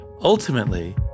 Ultimately